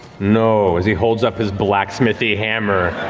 no, as he holds up his blacksmithy hammer.